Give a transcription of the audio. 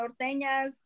norteñas